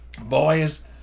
boys